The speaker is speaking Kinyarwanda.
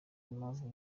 impamvu